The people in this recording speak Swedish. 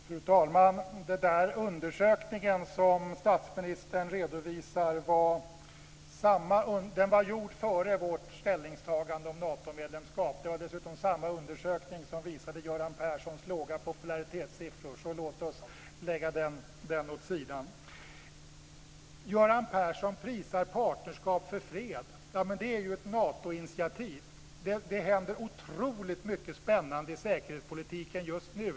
Fru talman! Den undersökning som statsministern redovisar var gjord före vårt ställningstagande om Natomedlemskap. Det var dessutom samma undersökning som visade Göran Perssons låga popularitetssiffror. Låt oss därför lägga den åt sådan. Göran Persson prisar Partnerskap för fred, men det är ju ett Natoinitiativ. Det händer oerhört mycket spännande i säkerhetspolitiken just nu.